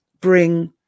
bring